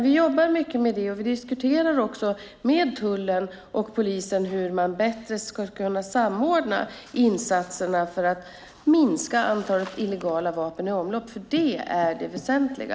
Vi jobbar mycket med det, och vi diskuterar med tullen och polisen hur man bättre ska kunna samordna insatserna för att minska antalet illegala vapen i omlopp, för det är det väsentliga.